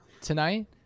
tonight